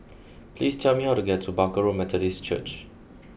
please tell me how to get to Barker Road Methodist Church